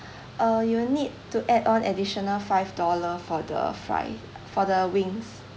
uh you'll need to add on additional five dollar for the fry for the wings